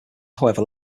however